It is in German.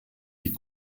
die